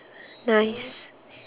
nice